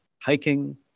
hiking